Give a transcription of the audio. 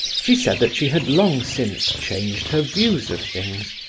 she said that she had long since changed her views of things,